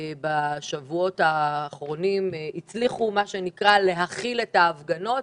שבשבועות האחרונים הצליחו להכיל את ההפגנות.